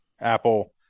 Apple